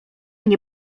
nie